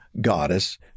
goddess